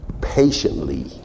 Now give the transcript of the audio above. patiently